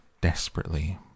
desperately